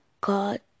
God